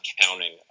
counting